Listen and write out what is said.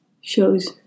shows